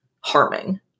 harming